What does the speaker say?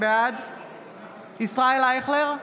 בעד ישראל אייכלר,